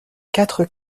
quatre